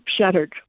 shattered